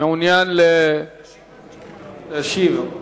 מעוניין להשיב.